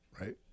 Right